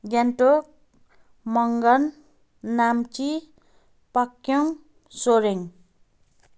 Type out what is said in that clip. Gangtok Mangan Namchi Pakyong Soreng